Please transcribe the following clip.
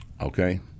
okay